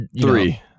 three